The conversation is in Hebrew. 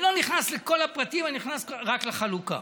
אני לא נכנס לכל הפרטים, אני נכנס רק לחלוקה.